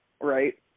right